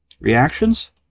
Reactions